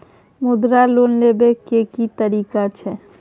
मुद्रा लोन लेबै के की तरीका छै?